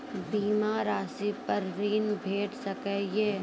बीमा रासि पर ॠण भेट सकै ये?